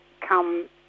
come